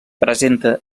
presenta